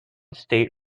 state